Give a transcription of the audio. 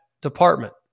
department